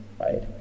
right